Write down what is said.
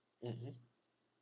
mmhmm